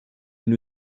elle